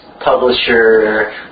publisher